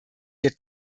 wir